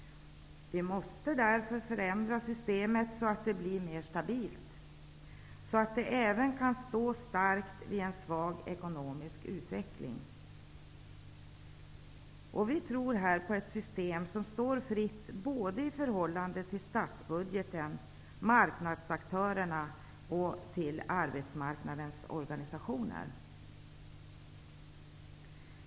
Vi måste därför förändra systemet så att det blir stabilt och så att det även kan stå starkt vid en svag ekonomisk utveckling. Vi tror på ett system som står fritt i förhållande till statsbudgeten, marknadsaktörerna och arbetsmarknadens organisationer.